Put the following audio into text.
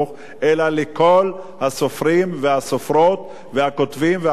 אלא לכל הסופרים והסופרות והכותבים והכותבות,